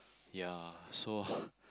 ya so